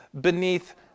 beneath